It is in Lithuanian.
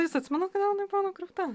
jūs atsimenat kodėl jinai buvo nugriauta